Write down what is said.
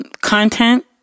content